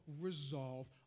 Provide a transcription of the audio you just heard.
resolve